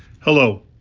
Hello